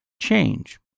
change